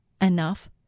enough